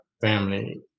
family